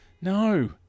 No